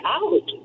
out